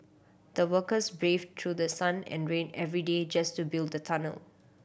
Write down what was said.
the workers braved through the sun and rain every day just to build the tunnel